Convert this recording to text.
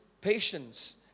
patience